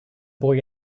boy